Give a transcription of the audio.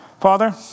Father